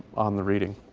on the reading.